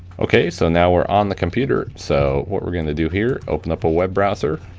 okay, so now we're on the computer, so what we're gonna do here, open up a web browser,